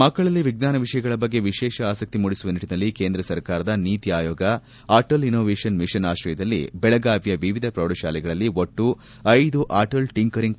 ಮಕ್ಕಳಲ್ಲಿ ವಿಜ್ಞಾನ ವಿಷಯಗಳ ಬಗ್ಗೆ ವಿಶೇಷ ಆಸಕ್ತಿ ಮೂಡಿಸುವ ನಿಟ್ಟನಲ್ಲಿ ಕೇಂದ್ರ ಸರ್ಕಾರದ ನೀತಿ ಆಯೋಗ ಅಟಲ್ ಇನೊವೇಷನ್ ಮಿಷನ್ ಆಶ್ರಯದಲ್ಲಿ ದೆಳಗಾವಿಯ ವಿವಿಧ ಪ್ರೌಢಶಾಲೆಗಳಲ್ಲಿ ಒಟ್ಟು ಐದು ಅಟಲ್ ಟಿಂಕೆರಿಂಗ್